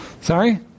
Sorry